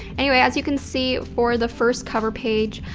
anyway, as you can see for the first cover page,